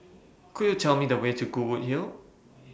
Could YOU Tell Me The Way to Goodwood Hill